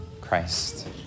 Christ